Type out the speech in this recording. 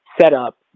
setup